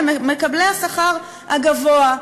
למקבלי השכר הגבוה.